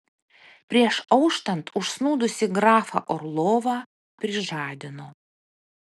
prieš auštant užsnūdusį grafą orlovą prižadino